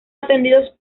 atendidos